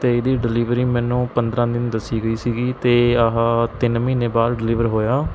ਅਤੇ ਇਹਦੀ ਡਿਲੀਵਰੀ ਮੈਨੂੰ ਪੰਦਰ੍ਹਾਂ ਦਿਨ ਦੱਸੀ ਗਈ ਸੀਗੀ ਅਤੇ ਆਹਾ ਤਿੰਨ ਮਹੀਨੇ ਬਾਅਦ ਡਿਲੀਵਰ ਹੋਇਆ